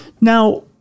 Now